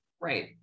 right